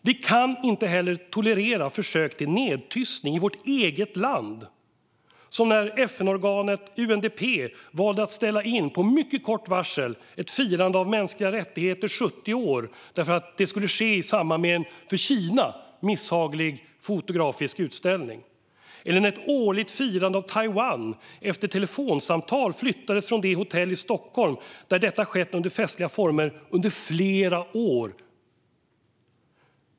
Vi kan inte heller tolerera försök till nedtystning i vårt land, som när FN-organet UNDP valde att med mycket kort varsel ställa in ett firande av 70 år av mänskliga rättigheter på grund av att det skulle ske i samband med en för Kina misshaglig fotografisk utställning. Ett annat exempel är när ett årligt firande av Taiwan efter telefonsamtal flyttades från det hotell i Stockholm där detta under flera år skett under festliga former.